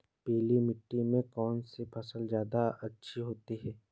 पीली मिट्टी में कौन सी फसल ज्यादा अच्छी होती है?